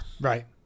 Right